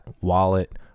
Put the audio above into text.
wallet